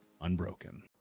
unbroken